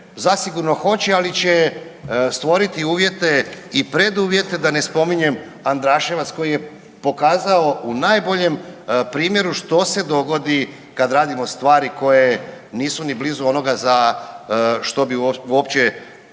zasigurno hoće ali će stvoriti uvjete i preduvjete da ne spominjem Andraševac koji je pokazao u najboljem primjeru što se dogodi kad radimo stvari koje nisu ni blizu onoga za što bi uopće i trebale